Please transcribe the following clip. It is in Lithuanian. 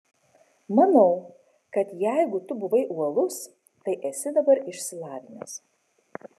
manau kad jeigu tu buvai uolus tai esi dabar išsilavinęs